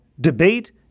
debate